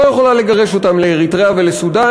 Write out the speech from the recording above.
לא יכולה לגרש אותם לאריתריאה ולסודאן,